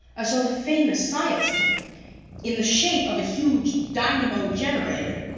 i saw the famous science temple in the shape of a huge dynamo-generator,